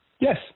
Yes